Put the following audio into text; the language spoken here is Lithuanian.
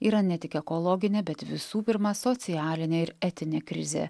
yra ne tik ekologinė bet visų pirma socialinė ir etinė krizė